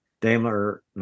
Daimler